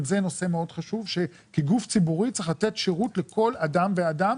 גם זה נושא מאוד חשוב כי גוף ציבורי צריך לתת שירות לכל אדם ואדם